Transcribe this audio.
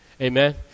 Amen